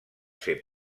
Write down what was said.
ser